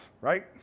right